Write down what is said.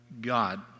God